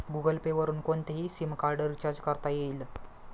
Google Pay वरुन कोणतेही SIM card recharge करता येईल